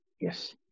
Yes